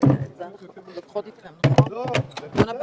12:00.